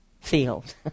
field